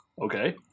Okay